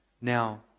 Now